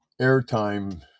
airtime